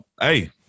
hey